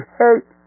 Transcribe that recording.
hate